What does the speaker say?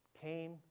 Came